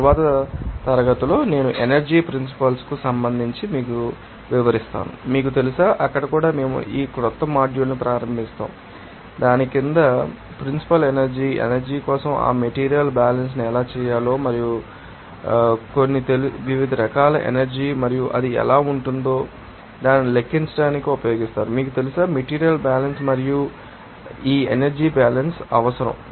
తరువాతి తరగతిలో నేను ఎనర్జీ ప్రిన్సిపల్స్ కు సంబంధించి మీకు తెలుసా వివరించాను మీకు తెలుసా అక్కడ కూడా మేము ఆ క్రొత్త మాడ్యూల్ను ప్రారంభిస్తాము మరియు దాని కింద మీకు తెలుసా ప్రిన్సిపల్స్ ఎనర్జీ ఎనర్జీ కోసం ఆ మెటీరియల్ బ్యాలన్స్ ను ఎలా చేయాలో మరియు కొన్ని మీకు తెలుసా వివిధ రకాలైన ఎనర్జీ మరియు అది ఎలా ఉంటుందో మీకు తెలుసా దానిని లెక్కించడానికి ఉపయోగిస్తారు మీకు తెలుసా మెటీరియల్ బ్యాలన్స్ మరియు లేదా మీకు తెలుసా ఈ ఎనర్జీ బ్యాలన్స్ అవసరం